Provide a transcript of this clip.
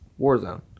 Warzone